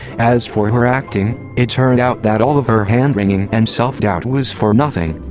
as for her acting, it turned out that all of her hand-wringing and self-doubt was for nothing.